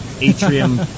atrium